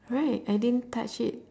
right I didn't touch it